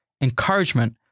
encouragement